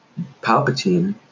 Palpatine